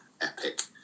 epic